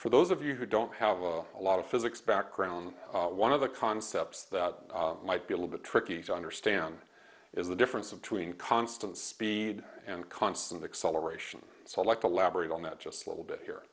for those of you who don't have a lot of physics background one of the concepts that might be a little bit tricky to understand is the difference between constant speed and constant acceleration select elaborate on that just a little bit